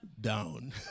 down